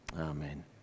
Amen